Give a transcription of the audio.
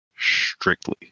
Strictly